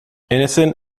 innocent